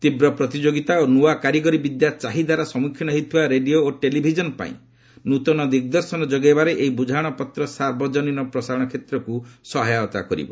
ତୀବ୍ର ପ୍ରତିଯୋଗିତା ଓ ନ୍ତଆ କାରିଗରି ବିଦ୍ୟା ଚାହିଦାର ସମ୍ମୁଖୀନ ହେଉଥିବା ରେଡିଓ ଓ ଟେଲିଭିଜନ ପାଇଁ ନ୍ତନ ଦିଗ୍ଦର୍ଶନ ଯୋଗାଇବାରେ ଏହି ବୁଝାମଣାପତ୍ର ସାର୍ବଜନୀନ ପ୍ରସାରଣ କ୍ଷେତ୍ରକୁ ସହାୟତା କରିବ